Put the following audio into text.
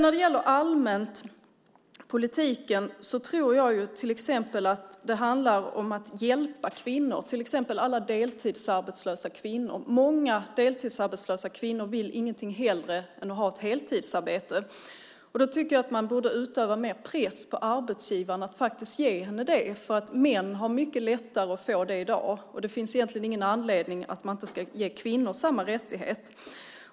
När det gäller politiken allmänt tror jag att det handlar om att hjälpa kvinnor, till exempel alla deltidsarbetslösa kvinnor. Många deltidsarbetslösa kvinnor vill ingenting hellre än att ha ett heltidsarbete. Då tycker jag att man borde utöva mer press på arbetsgivarna att faktiskt ge dem det. Män har mycket lättare att få det i dag, och det finns egentligen ingen anledning till att man inte ska ge kvinnor samma rättighet.